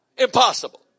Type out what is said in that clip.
impossible